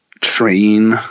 train